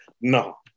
No